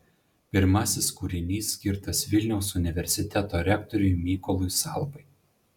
pirmasis kūrinys skirtas vilniaus universiteto rektoriui mykolui salpai